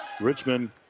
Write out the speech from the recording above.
Richmond